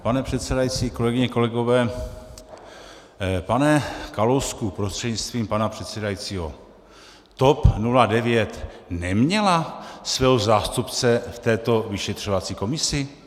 Pane předsedající, kolegyně, kolegové, pane Kalousku prostřednictvím pana předsedajícího, TOP 09 neměla svého zástupce v této vyšetřovací komisi?